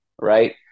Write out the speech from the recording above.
right